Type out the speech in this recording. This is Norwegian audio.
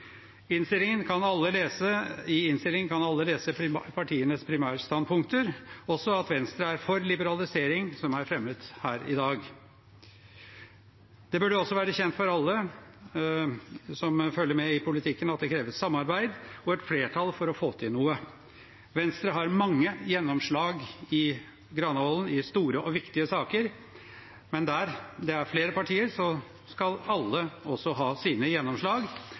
I innstillingen kan alle lese partienes primærstandpunkter, også at Venstre er for liberalisering, som er fremmet her i dag. Det burde også være kjent for alle som følger med i politikken, at det kreves samarbeid og et flertall for å få til noe. Venstre har mange gjennomslag i Granavolden i store og viktige saker, men der det er flere partier, skal alle også ha sine gjennomslag.